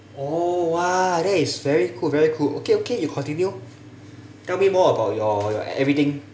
oh !wah! that is very cool very cool okay okay you continue tell me more about your your everything